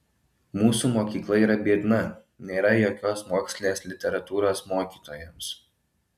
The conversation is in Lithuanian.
mūsų mokykla yra biedna nėra jokios mokslinės literatūros mokytojams